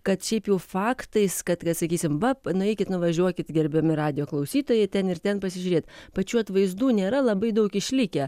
kad šiaip jau faktais kad sakysim va nueikit nuvažiuokit gerbiami radijo klausytojai ten ir ten pasižiūrėt pačių atvaizdų nėra labai daug išlikę